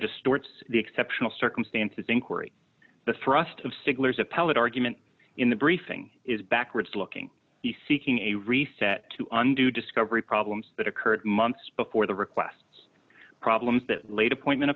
distorts the exceptional circumstances inquiry the thrust of stigler's appellate argument in the briefing is backwards looking the seeking a reset to undo discovery problems that occurred months before the requests problems that late appointment o